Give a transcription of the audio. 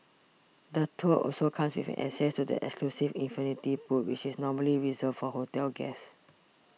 the tour also comes with an access to the exclusive infinity pool which is normally reserved for hotel guests